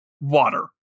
water